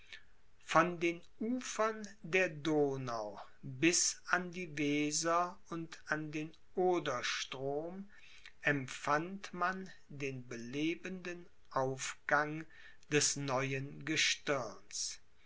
von den ufern der donau bis an die weser und den oderstrom empfand man den belebenden aufgang des neuen gestirns